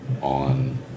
on